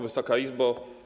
Wysoka Izbo!